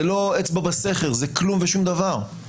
זה לא אצבע בסכר, זה כלום ושום דבר.